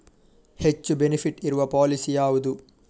ಹೆಚ್ಚು ಬೆನಿಫಿಟ್ ಇರುವ ಪಾಲಿಸಿ ಯಾವುದು?